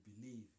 believe